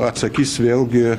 atsakys vėlgi